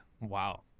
Wow